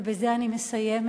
ובזה אני מסיימת,